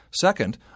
Second